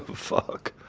fuck.